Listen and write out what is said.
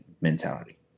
mentality